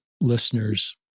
listeners